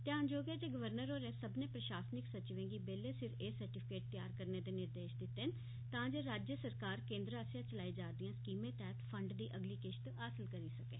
ध्यानजोग ऐ जे गवर्नर होरें सब्मनें प्रशासनिक सचिवें गी बेल्लै सिर एह् सर्टिफिकेट तेआर करने दे निर्देश दित्ते न तां जे राज्य सरकार केंद्र आस्सेआ चलाई जा'रदियें स्कीमैं तैहत फंड दी अगली किश्त हासल करी सकै